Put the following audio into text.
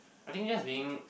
I think that's being